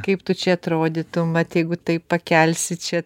kaip tu čia atrodytum vat jeigu taip pakelsi čia